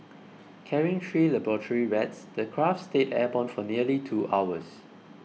carrying three laboratory rats the craft stayed airborne for nearly two hours